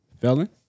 felon